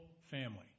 family